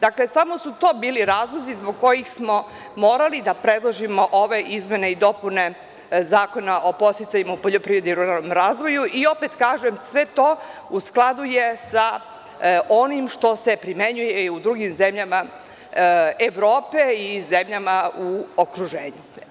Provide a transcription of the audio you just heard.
Dakle, samo su to bili razlozi zbog kojih smo morali da predložimo ove izmene i dopune Zakona o podsticajima u poljoprivredi i ruralnom razvoju i opet kažem, sve to u skladu je sa onim što se primenjuje i u drugim zemljama Evrope i zemljama u okruženju.